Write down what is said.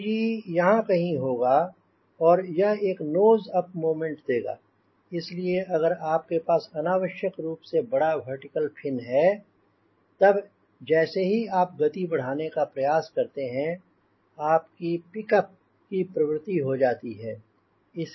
CG यहांँ कहीं होगा और यह एक नोज अप मोमेंट देगा इसलिए अगर आपके पास अनावश्यक रूप से बड़ा वर्टिकल फिन है तब जैसे ही आप गति बढ़ाने का प्रयास करते हैं आपकी पिक अप की प्रवृत्ति हो जाती है